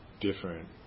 different